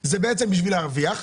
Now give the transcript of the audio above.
זה בעצם בשביל להרוויח,